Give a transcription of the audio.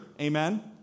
Amen